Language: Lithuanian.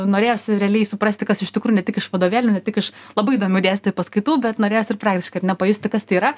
norėjosi realiai suprasti kas iš tikrųjų ne tik iš vadovėlių ne tik iš labai įdomių dėstytojų paskaitų bet norėjosi ir praktiškai ar ne pajusti kas tai yra